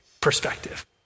perspective